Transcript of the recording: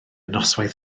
noswaith